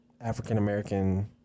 African-American